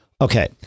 Okay